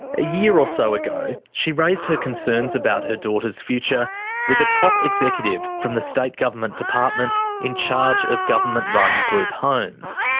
a year or so ah ago, she raised her concerns about her daughter's future with a top executive from the state government department in charge of government-run group homes.